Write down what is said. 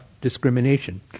discrimination